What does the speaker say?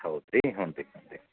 ಹೌದುರೀ ಹ್ಞೂ ರೀ ಹ್ಞೂ ರೀ